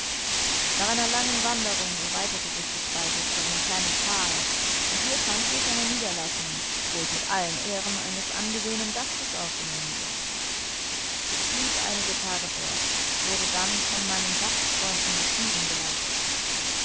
nach einer langen wanderung erweiterte sich die spalte zu einem kleinen tal und hier fand sich eine niederlassung wo ich mit allen ehren eines angesehenen gastes aufgenommen wurde ich blieb einige tage dort und wurde dann von meinen gastfreunden nach süden geleitet